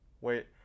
Wait